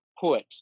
put